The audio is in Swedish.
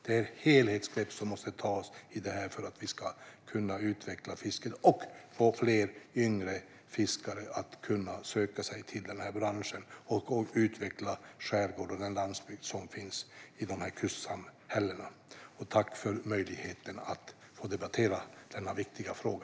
Det är ett helhetsgrepp som måste tas när det gäller detta för att vi ska kunna utveckla fisket och för att fler yngre fiskare ska kunna söka sig till denna bransch och utveckla skärgården och den landsbygd som finns i dessa kustsamhällen. Jag tackar för att jag fick möjlighet att debattera denna viktiga fråga.